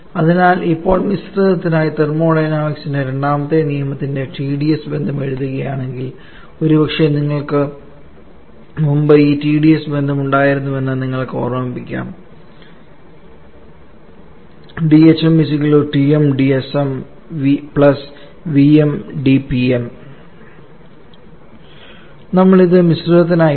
അതിനാൽ ഇപ്പോൾ മിശ്രിതത്തിനായി തെർമോഡൈനാമിക്സിന്റെ രണ്ടാമത്തെ നിയമത്തിന്റെ Tds ബന്ധം എഴുതുകയാണെങ്കിൽ ഒരുപക്ഷേ നിങ്ങൾക്ക് മുമ്പ് ഈ Tds ബന്ധം ഉണ്ടായിരുന്നുവെന്ന് നിങ്ങൾക്ക് ഓർമ്മിക്കാം dhm Tmdsm vmdPm നമ്മൾ ഇത് മിശ്രിതത്തിനായി എഴുതി